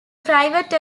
private